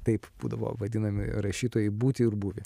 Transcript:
taip būdavo vadinami rašytojai būtį ir būvį